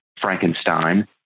Frankenstein